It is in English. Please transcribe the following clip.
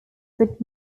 put